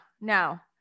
now